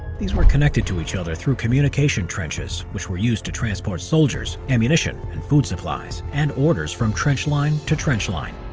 these were connected to each other through communication trenches, which were used to transport soldiers, ammunition, and food supplies. and, orders from trench line, to trench line.